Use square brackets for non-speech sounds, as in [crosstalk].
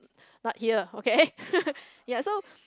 not here okay [laughs] ya so